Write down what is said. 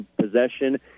possession